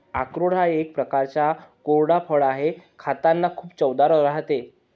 अक्रोड हा एक प्रकारचा कोरडा फळ आहे, खातांना खूप चवदार राहते